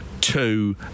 two